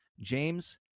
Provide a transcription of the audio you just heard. James